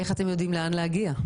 איך אתם יודעים לאן להגיע?